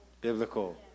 Biblical